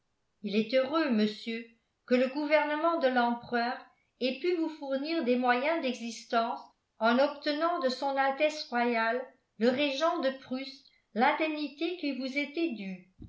il est heureux monsieur que le gouvernement de l'empereur ait pu vous fournir des moyens d'existence en obtenant de s a r le régent de prusse l'indemnité qui vous était due